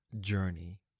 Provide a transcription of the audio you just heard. journey